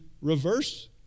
reverse